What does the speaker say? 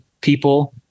people